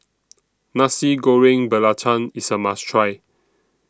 Nasi Goreng Belacan IS A must Try